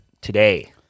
today